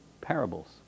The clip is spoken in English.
Parables